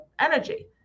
energy